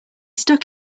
stuck